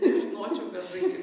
nežinočiau ką sakyt